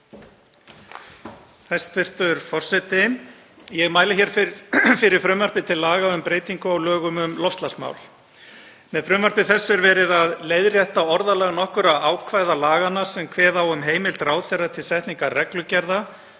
Hæstv. forseti. Ég mæli fyrir frumvarpi til laga um breytingu á lögum um loftslagsmál. Með frumvarpinu er verið að leiðrétta orðalag nokkurra ákvæða laganna sem kveða á um heimild ráðherra til setningar reglugerða